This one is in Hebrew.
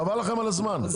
חבל לכם על הזמן,